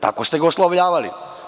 Tako ste ga oslovljavali.